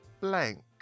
Blank